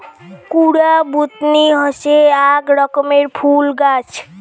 কুরা বুদনি হসে আক রকমের ফুল গাছ